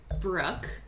Brooke